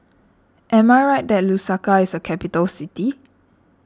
am I right that Lusaka is a capital city